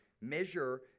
measure